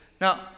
Now